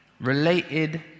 related